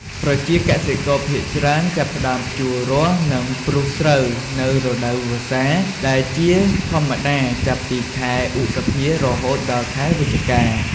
ប្រជាកសិករភាគច្រើនចាប់ផ្តើមភ្ជួររាស់ និងព្រួសស្រូវនៅរដូវវស្សា ដែលជាធម្មតាចាប់ពីខែឧសភា រហូតដល់ខែវិច្ឆិកា។